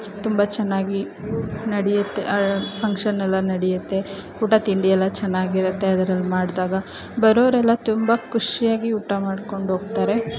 ತುಂಬ ಚೆನ್ನಾಗಿ ನಡೆಯುತ್ತೆ ಫಂಕ್ಷನ್ನೆಲ್ಲ ನಡೆಯುತ್ತೆ ಊಟ ತಿಂಡಿ ಎಲ್ಲ ಚೆನ್ನಾಗಿರುತ್ತೆ ಅದರಲ್ಲಿ ಮಾಡಿದಾಗ ಬರೋರೆಲ್ಲ ತುಂಬ ಖುಷಿಯಾಗಿ ಊಟ ಮಾಡ್ಕೊಂಡ್ಹೋಗ್ತಾರೆ